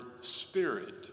spirit